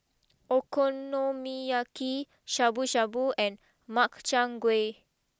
Okonomiyaki Shabu Shabu and Makchang Gui